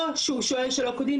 או שהוא שוהה שלא כדין,